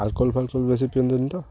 alcohol ଫାଲ୍କହଲ୍ ବେଶି ପିଅନ୍ତିନି ତ